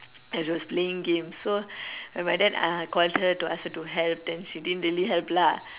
as she was playing game so when my dad uh called her to ask her to help she didn't really help lah